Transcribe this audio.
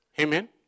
Amen